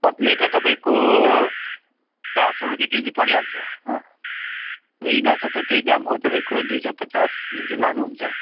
कत्ले त तपाईँको चार सय रुपियाँ केजी परिहाल्छ हँ रुही माछा त त्यही हो तपाईँको दुई सय पचास जुन चाहिँ लानुहुन्छ